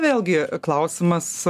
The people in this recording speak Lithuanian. vėlgi klausimas